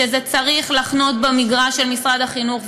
שזה צריך לחנות במגרש של משרד החינוך,